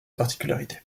particularité